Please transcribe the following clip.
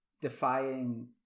defying